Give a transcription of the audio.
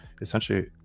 essentially